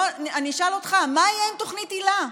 אני אשאל אותך: מה יהיה עם תוכנית היל"ה?